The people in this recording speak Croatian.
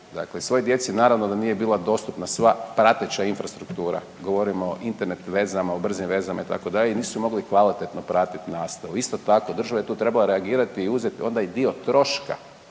dakle svoj djeci naravno da nije bila dostupna sva prateća infrastruktura. Govorim o Internet vezama, o brzim vezama itd., i nisu mogli kvalitetno pratiti nastavu. Isto tako država je tu trebala reagirati i uzeti onda i dio troška